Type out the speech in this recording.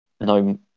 no